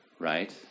Right